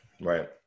Right